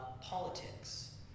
politics